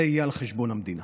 זה יהיה על חשבון המדינה.